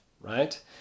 right